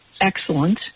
excellent